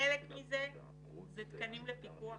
חלק מזה זה תקנים לפיקוח.